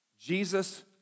Jesus